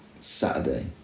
Saturday